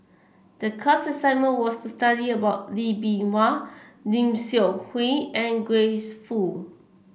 the class assignment was to study about Lee Bee Wah Lim Seok Hui and Grace Fu